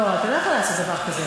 לא, אתה לא יכול לעשות דבר כזה.